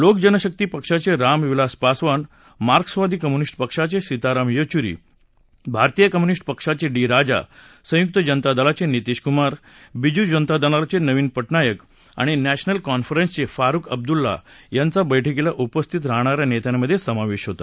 लोकजनशक्ती पक्षाचे रामविलास पासवान मार्क्सवादी कम्युनिस्ट पक्षाचे सीताराम येचुरी भारतीय कम्युनिस्ट पक्षाचे डी राजा संयुक्त जनता दलाचे नीतीश कुमार बिजू जनता दलाचे नवीन पटनायक आणि नॅशनल कॉन्फरन्सचे फारुख अब्दुल्ला यांचा बैठकीला उपस्थित राहणाऱ्या नेत्यांमध्ये समावेश होता